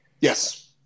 Yes